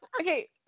okay